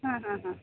ಹಾಂ ಹಾಂ ಹಾಂ